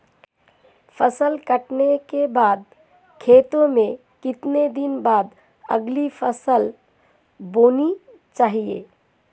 फसल काटने के बाद खेत में कितने दिन बाद अगली फसल बोनी चाहिये?